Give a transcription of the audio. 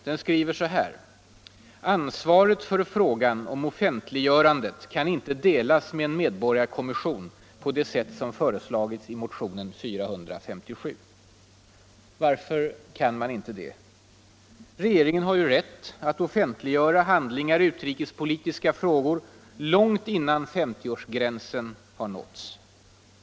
Den skriver: ” Ansvaret för frågan om offentliggörandet kan inte delas med en medborgarkommission på det sätt som föreslagits i motionen 457.” Varför kan man inte det? Regeringen har ju rätt att offentliggöra handlingar i utrikespolitiska frågor långt innan 50-årsgränsen har nåtts.